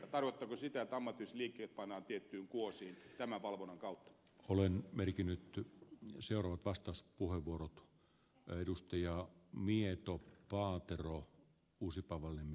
tarkoittaa se sitä että ammattiyhdistysliikkeet pannaan tiettyyn kuosiin tämän valvonnan kautta olen merkinnyt työ on seurannut vastauspuheenvuorot rajusti ja mieto paatero uusipaavalniemi